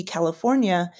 California